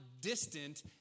distant